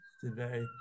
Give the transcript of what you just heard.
today